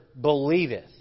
believeth